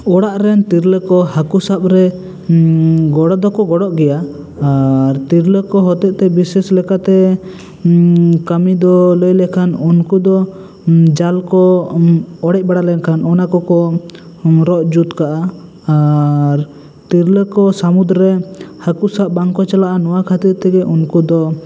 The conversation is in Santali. ᱚᱲᱟᱜ ᱨᱮᱱ ᱛᱤᱨᱞᱟᱹ ᱠᱚ ᱦᱟᱹᱠᱩ ᱥᱟᱵ ᱨᱮ ᱜᱚᱲᱚ ᱫᱚᱠᱚ ᱜᱚᱲᱚᱜ ᱜᱮᱭᱟ ᱟᱨ ᱛᱤᱨᱞᱟᱹ ᱠᱚ ᱦᱚᱛᱮᱛᱮ ᱵᱤᱥᱮᱥ ᱞᱮᱠᱟᱛᱮ ᱠᱟᱹᱢᱤ ᱫᱚ ᱞᱟᱹᱭ ᱞᱮᱠᱷᱟᱱ ᱩᱱᱠᱩ ᱫᱚ ᱡᱟᱞ ᱠᱚ ᱚᱲᱮᱡ ᱵᱟᱲᱟ ᱞᱮᱱ ᱠᱷᱟᱱ ᱚᱱᱟ ᱠᱚᱠᱚ ᱨᱚᱜ ᱡᱩᱛ ᱠᱟᱜᱼᱟ ᱟᱨ ᱛᱤᱨᱞᱟᱹ ᱠᱚ ᱥᱟᱹᱢᱩᱫ ᱨᱮ ᱦᱟᱹᱠᱩ ᱥᱟᱵ ᱵᱟᱝ ᱠᱚ ᱪᱟᱞᱟᱜᱼᱟ ᱱᱚᱣᱟ ᱠᱷᱟᱹᱛᱤᱨ ᱛᱮᱜᱮ ᱩᱱᱠᱩ ᱫᱚ